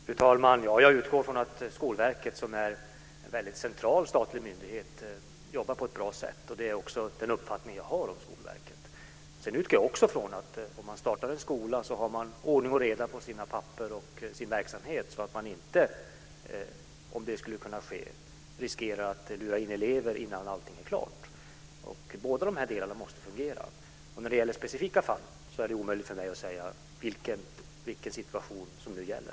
Fru talman! Jag utgår från att Skolverket som är en mycket central statlig myndighet jobbar på ett bra sätt. Det är också den uppfattning jag har om Skolverket. Sedan utgår jag också från att om man startar en skola har man ordning och reda på sina papper och sin verksamhet så att man inte, om det skulle kunna ske, riskerar att lura in elever innan allting är klart. Båda de här delarna måste fungera. När det gäller specifika fall är det omöjligt för mig att säga vilken situation som gäller.